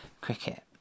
cricket